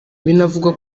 binavugwa